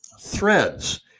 threads